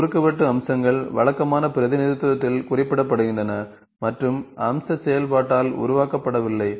குறுக்குவெட்டு அம்சங்கள் வழக்கமான பிரதிநிதித்துவத்தில் குறிப்பிடப்படுகின்றன மற்றும் அம்ச செயல்பாட்டால் உருவாக்கப்படவில்லை